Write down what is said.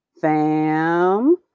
fam